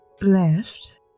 left